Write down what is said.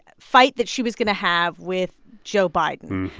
fight that she was going to have with joe biden.